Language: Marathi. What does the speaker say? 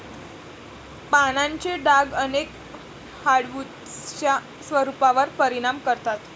पानांचे डाग अनेक हार्डवुड्सच्या स्वरूपावर परिणाम करतात